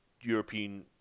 European